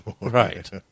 Right